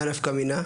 והנפקא מינה?